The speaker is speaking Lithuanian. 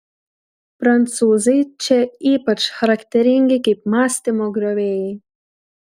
prancūzai čia ypač charakteringi kaip mąstymo griovėjai